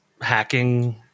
hacking